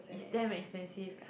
is damn expensive